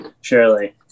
Surely